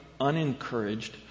unencouraged